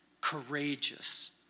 courageous